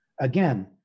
Again